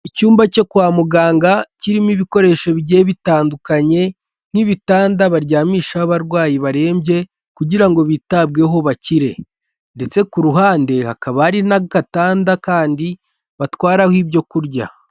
Icyumba cyo kwa muganga kirimo ibikoresho bigiye bitandukanye, nk'ibitanda baryamishaho abarwayi barembye, kugira ngo bitabweho bakire, ndetse ku ruhande hakaba hari n'agatanda kandi batwaraho ibyo kurya.